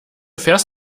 fährst